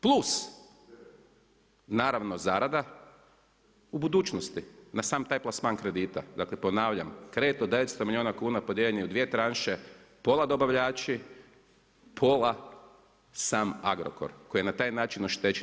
Plus naravno, zarada, u budućnosti na sam taj plasman kredita, dakle, ponavljam, kredit od 900 milijuna kn podijeljen je u 2 tranše, pola dobavljači, pola sam Agrokor, koji je na taj način oštećen.